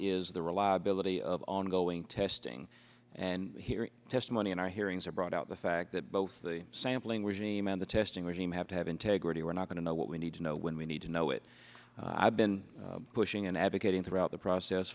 is the reliability of ongoing testing and testimony in our hearings are brought out the fact that both the sampling regime and the testing regime have to have integrity we're not going to know what we need to know when we need to know it i've been pushing and advocating throughout the process